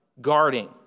Guarding